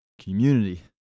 community